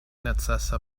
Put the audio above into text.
necesa